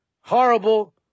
Horrible